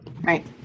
Right